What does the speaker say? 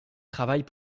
travaille